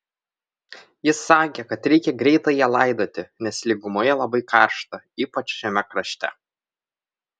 jis sakė kad reikia greitai ją laidoti nes lygumoje labai karšta ypač šiame krašte